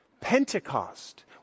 Pentecost